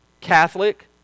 Catholic